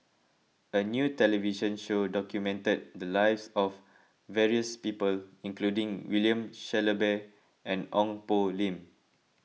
a new television show documented the lives of various people including William Shellabear and Ong Poh Lim